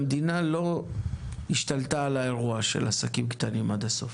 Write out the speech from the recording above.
המדינה לא השתלטה על האירוע של עסקים קטנים עד הסוף.